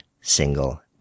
single